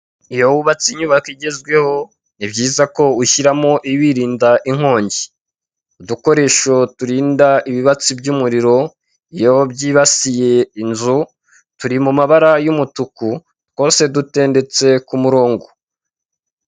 Iyo wubatse inyubako igezweho ni byiza ko ushyiramo ibiyirinda inkongi, udukoresho turinda ibibatsi by'umuriro iyo byibasiye inzu turi mabara y'umutuku twose dutendetse ku murongo.